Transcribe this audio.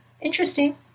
interesting